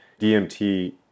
DMT